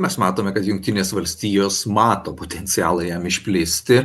mes matome kad jungtinės valstijos mato potencialą jam išplisti